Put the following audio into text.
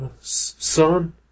Son